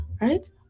right